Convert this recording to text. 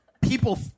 people